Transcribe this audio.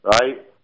right